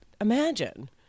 imagine